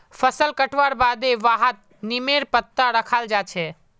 फसल कटवार बादे वहात् नीमेर पत्ता रखाल् जा छे